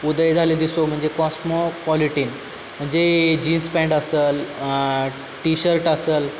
उदय झालेला दिसतो म्हणजे क्वस्मो क्वालिटी म्हणजे जीन्स पॅन्ट असंल टी शर्ट असेल